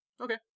Okay